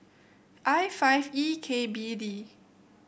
I five E K B D